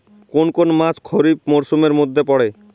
কোন কোন মাস খরিফ মরসুমের মধ্যে পড়ে?